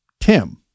Tim